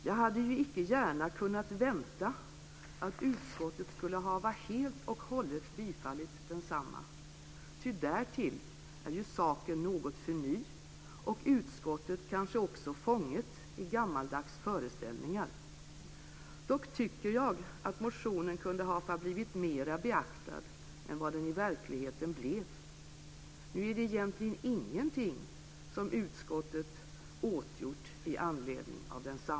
Jag hade ju icke gärna kunnat vänta, att utskottet skulle hafva helt och hållet bifallit densamma, ty därtill är ju saken något för ny och utskottet kanske också fånget i gammaldags föreställningar. Dock tycker jag, att motionen kunde hafva blivit mera beaktad än vad den i verkligheten blef. Nu är det egentligen ingenting, som utskottet åtgjort i anledning af denna."